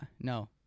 No